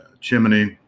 chimney